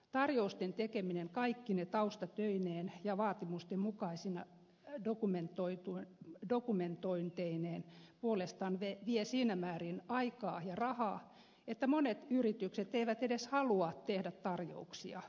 tarjousten tekeminen kaikkine taustatöineen ja vaatimusten mukaisine dokumentointeineen puolestaan vie siinä määrin aikaa ja rahaa että monet yritykset eivät edes halua tehdä tarjouksia